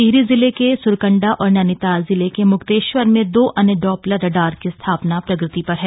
टिहरी जिले के स्रकंडा और नैनीताल जिले के म्क्तेश्वर में दो अन्य डॉपलर रडार की स्थापना प्रगति पर है